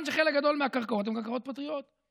שחלק גדול מהקרקעות הן קרקעות פרטיות.